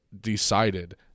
decided